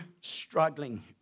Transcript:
struggling